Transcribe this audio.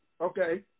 Okay